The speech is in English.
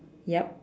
yup